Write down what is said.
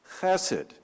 Chesed